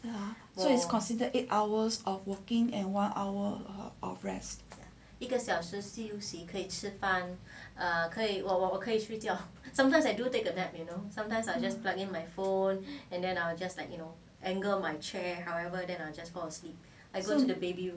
ya so it's consider eight hours of working and one hour of rest